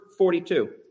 42